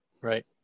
Right